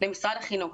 למשרד החינוך,